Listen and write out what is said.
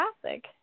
classic